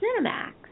Cinemax